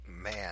man